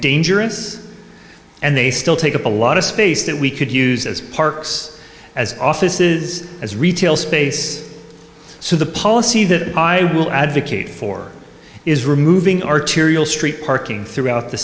dangerous and they still take up a lot of space that we could use as parks as offices as retail space so the policy that i will advocate for is removing arterial street parking throughout the